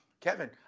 Kevin